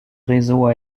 réseau